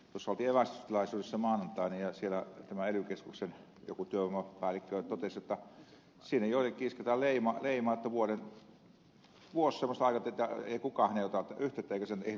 tuossa oltiin evästystilaisuudessa maanantaina ja siellä ely keskuksen joku työvoimapäällikkö totesi jotta joillekin isketään leima että vuosi semmoista aikaa että ei kukaan ota häneen yhteyttä eikä ihmisen tarvitse tulla työvoimatoimistossa